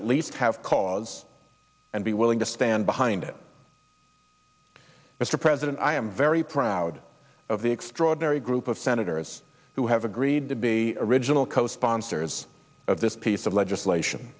at least have cause and be willing to stand behind it mr president i am very proud of the extraordinary group of senators who have agreed to be original co sponsors of this piece of legislation